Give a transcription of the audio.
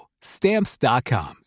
Stamps.com